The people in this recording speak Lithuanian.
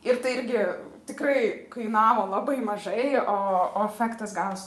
ir tai irgi tikrai kainavo labai mažai o o efektas gavos